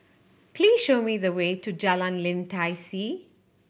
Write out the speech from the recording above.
please show me the way to Jalan Lim Tai See